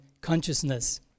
consciousness